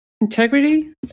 integrity